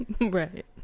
Right